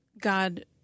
God